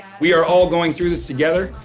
we are all going through this together.